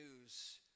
news